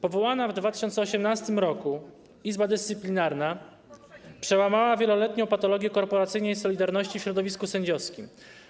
Powołana w 2018 r. Izba Dyscyplinarna przełamała wieloletnią patologię korporacyjnej solidarności w środowisku sędziowskim.